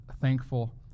thankful